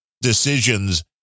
decisions